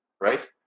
right